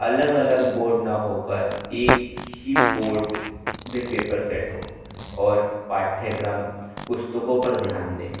अलग अलग बोर्ड न होकर एक ही बोर्ड मे पेपर सेट हो और पाठ्यक्रम पुस्तकों पर ध्यान दे